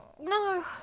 No